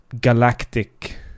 galactic